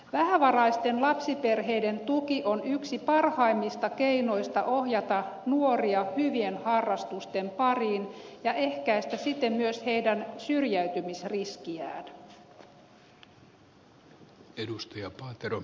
vähävaraisten lapsiperheiden tuki on yksi parhaimmista keinoista ohjata nuoria hyvien harrastusten pariin ja ehkäistä siten myös heidän syrjäytymisriskiään